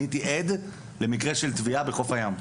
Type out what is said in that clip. אני הייתי עד למקרה של טביעה בחוף הים.